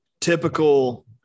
typical